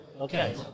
okay